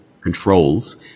controls